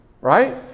right